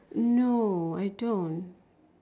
no I don't